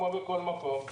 כמו בכל מקום,